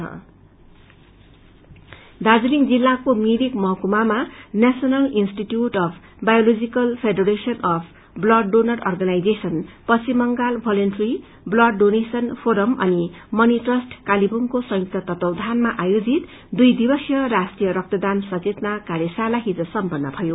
blood awareness Darjeeling जिल्लाको मिरिक महकुमामा national institute of biological federation of blood donor organisation Paschim Bangal voluntary blood donation forum अनि Mani trust कालेबुडको संयुक्त तत्वावधानमा आयोजित दुई दिवसीय राष्ट्रीय रक्तदान सचेतना कार्यशाला हिज सम्पन्न भयो